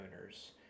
owners